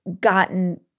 gotten